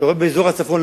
אתה רואה באזור הצפון,